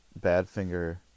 Badfinger